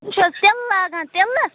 یِم چھَ حظ تِلہٕ لاگان تِلہٕ